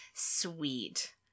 Sweet